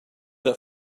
that